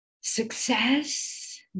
success